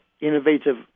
innovative